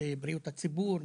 בריאות הציבור,